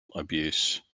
abuse